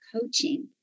coaching